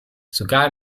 sogar